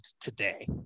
today